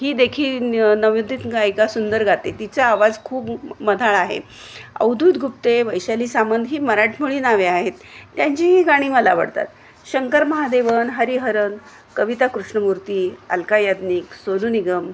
ही देखील नवोदित गायिका सुंदर गाते तिचा आवाज खूप मधाळ आहे अवधूत गुप्ते वैशाली सामंत ही मराठमोळी नावे आहेत त्यांचीही गाणी मला आवडतात शंकर महादेवन हरीहरन कविता कृष्णमूर्ती अलका याज्ञिक सोनू निगम